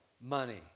money